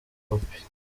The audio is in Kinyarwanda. kopi